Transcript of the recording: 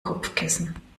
kopfkissen